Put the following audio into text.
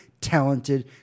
talented